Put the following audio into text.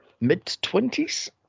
mid-twenties